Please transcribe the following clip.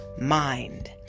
mind